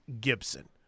gibson